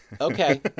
Okay